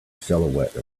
silhouette